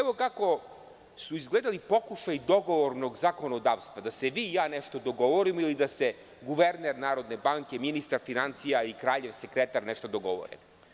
Evo kako su izgledali pokušaji dogovornog zakonodavstva, da se vi i ja nešto dogovorimo, ili da se guverner Narodne banke, ministar finansija ili kraljev sekretar nešto dogovore.